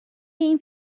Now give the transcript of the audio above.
این